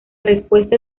respuesta